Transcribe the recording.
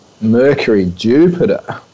Mercury-Jupiter